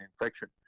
infection